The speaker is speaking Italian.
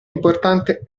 importante